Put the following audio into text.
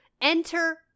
Enter